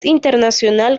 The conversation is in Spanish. internacional